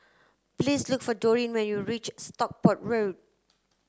please look for Doreen when you reach Stockport Road